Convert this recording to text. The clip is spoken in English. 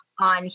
on